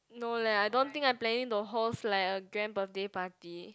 no leh I don't think I planning to host like a grand birthday party